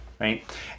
right